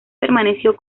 permaneció